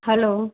hello